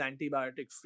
antibiotic-free